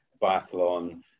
biathlon